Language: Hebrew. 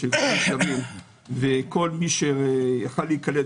וכל מי שרצה להיקלט,